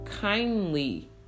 kindly